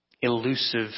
elusive